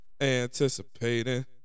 anticipating